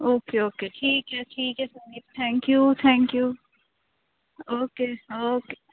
okay okay ਠੀਕ ਹੈ ਠੀਕ ਹੈ Sandeep thank you thank you okay okay